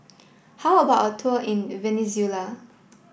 how about a tour in Venezuela